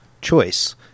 choice